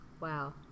wow